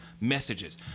messages